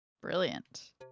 Brilliant